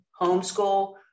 homeschool